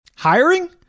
Hiring